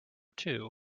two